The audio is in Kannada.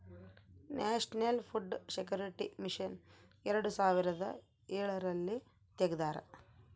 ನ್ಯಾಷನಲ್ ಫುಡ್ ಸೆಕ್ಯೂರಿಟಿ ಮಿಷನ್ ಎರಡು ಸಾವಿರದ ಎಳರಲ್ಲಿ ತೆಗ್ದಾರ